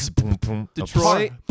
Detroit